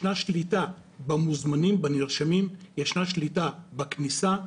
ישנה שליטה במוזמנים, בנרשמים, ישנה שליטה בכניסה,